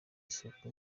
isuku